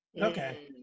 Okay